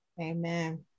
amen